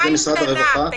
שזה משרד הרווחה -- מה השתנה?